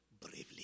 bravely